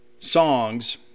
Songs